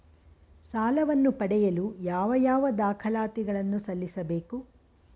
ಸಾಲವನ್ನು ಪಡೆಯಲು ಯಾವ ಯಾವ ದಾಖಲಾತಿ ಗಳನ್ನು ಸಲ್ಲಿಸಬೇಕು?